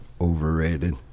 overrated